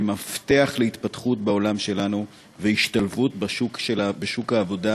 הם מפתח להתפתחות בעולם שלנו ולהשתלבות בשוק העבודה,